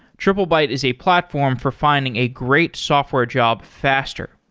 triplebyte is a platform for finding a great software job faster.